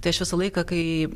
tai aš visą laiką kai